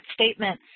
statement